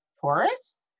Taurus